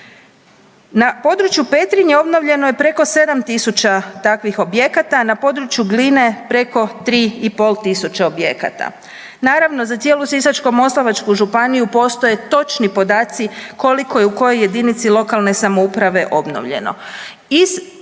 Na području Petrinje obnovljeno je preko 7 tisuća takvih objekata, na području Gline preko 3 i pol tisuće objekata. Naravno za cijelu Sisačko-moslavačku županiju postoje točni podaci koliko je u kojoj jedinici lokalne samouprave obnovljeno.